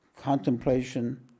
contemplation